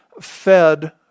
fed